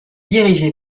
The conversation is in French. dirigé